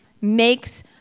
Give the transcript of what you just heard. makes